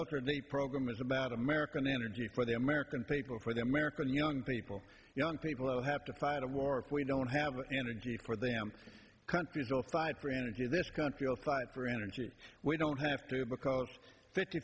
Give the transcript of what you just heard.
alter the program is about american energy for the american people for the american young people young people have to fight a war if we don't have energy for them countries will fight for energy this country will fight for energy we don't have to because fifty